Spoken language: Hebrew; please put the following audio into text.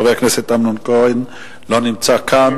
חבר הכנסת אמנון כהן לא נמצא כאן,